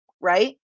right